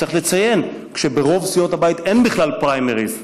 צריך לציין שברוב סיעות הבית אין בכלל פריימריז,